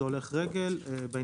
בטור ג',